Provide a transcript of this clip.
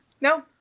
No